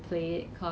it